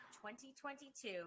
2022